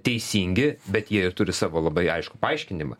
teisingi bet jie ir turi savo labai aiškų paaiškinimą